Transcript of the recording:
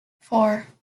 four